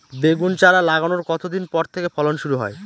বেগুন চারা লাগানোর কতদিন পর থেকে ফলন শুরু হয়?